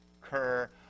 cur